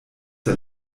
der